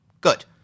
Good